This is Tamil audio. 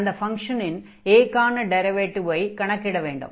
அந்த ஃபங்ஷனின் a க்கான டிரைவேடிவை கணக்கிட வேண்டும்